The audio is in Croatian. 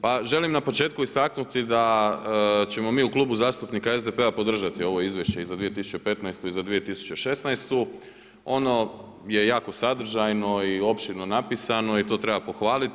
Pa želim na početku istaknuti da ćemo mi u Klubu zastupnika SDP-a podržati ovo izvješće i za 2015. i za 2016., ono je jako sadržajno i opširno napisano i to treba pohvaliti.